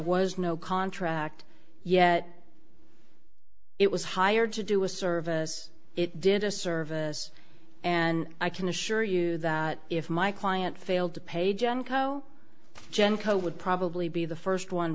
was no contract yet it was hired to do a service it did a service and i can assure you that if my client failed to pay junko genco would probably be the first one